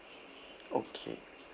okay